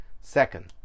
Second